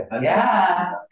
Yes